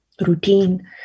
routine